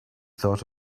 thought